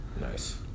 Nice